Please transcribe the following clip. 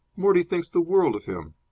mortie thinks the world of him.